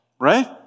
right